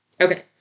Okay